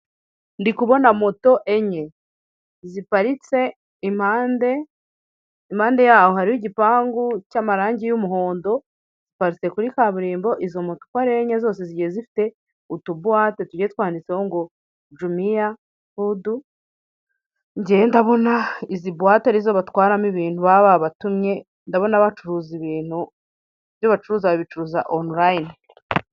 Ndikubona moto enye, ziparitse impande ,impande yaho hariho igipangu cy'amarangi y'umuhondo, ziparitze kuri kaburimbo izo moto uko ari enye zose zigiye zifite utu buwate tugiye twanditseho ngo tumiya fudu njye ndabona izibuwate arizo batwaramo ibintu baba babatumye ndabona bacuruza ibintu, ibyo bacuruza babicuruza onurayini.